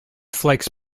flex